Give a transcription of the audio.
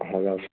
हाँ राश